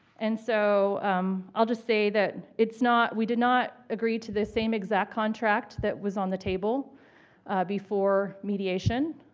and so i'll just say that it's not we did not agree to the same exact contract that was on the table before mediation,